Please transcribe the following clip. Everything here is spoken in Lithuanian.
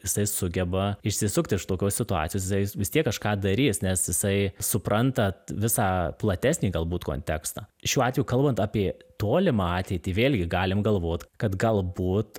jisai sugeba išsisukt iš tokios situacijos jisai vis tiek kažką darys nes jisai suprantat visą platesnį galbūt kontekstą šiuo atveju kalbant apie tolimą ateitį vėlgi galim galvot kad galbūt